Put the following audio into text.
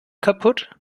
kaputt